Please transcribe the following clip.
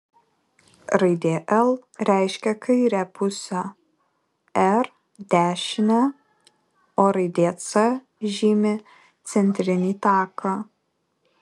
raidė l reiškia kairę pusę r dešinę o raidė c žymi centrinį taką